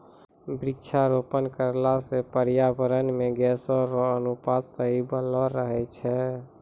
वृक्षारोपण करला से पर्यावरण मे गैसो रो अनुपात सही बनलो रहै छै